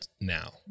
now